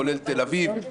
כולל תל אביב,